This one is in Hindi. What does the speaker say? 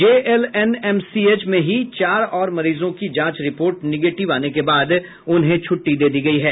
जेएलएनएमसीएच में ही चार और मरीजों की जांच रिपोर्ट निगेटिव आने के बाद उन्हें छुट्टी दे दी गयी है